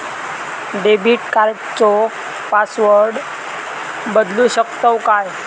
Debit कार्डचो password बदलु शकतव काय?